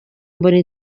mbona